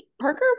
Parker